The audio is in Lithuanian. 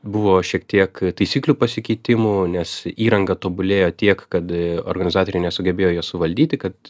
buvo šiek tiek taisyklių pasikeitimų nes įranga tobulėjo tiek kad organizatoriai nesugebėjo jos suvaldyti kad